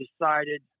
decided